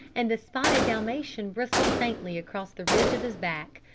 and the spotted dalmatian bristled faintly across the ridge of his back.